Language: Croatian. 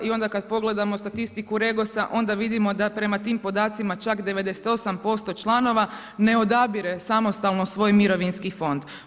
I onda kada pogledamo statistiku REGOS-a onda vidimo da prema tim podacima čak 98% članova ne odabire samostalno svoj mirovinski fond.